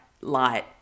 light